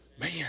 Man